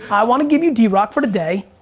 i wanna give you drock for the day,